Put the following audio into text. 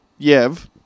Yev